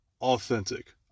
authentic